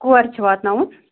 کور چھُ واتناوُن